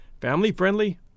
family-friendly